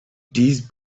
these